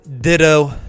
Ditto